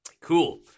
cool